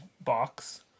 box